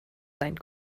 sein